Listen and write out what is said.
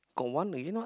got one maybe not